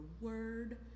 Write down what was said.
word